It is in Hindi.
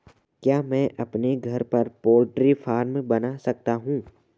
क्या मैं अपने घर पर पोल्ट्री फार्म बना सकता हूँ?